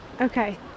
Okay